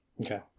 okay